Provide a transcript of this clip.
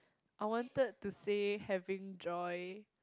I wanted to say having joy